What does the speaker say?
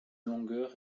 longueur